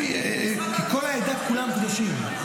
כי כל העדה כולם קדושים.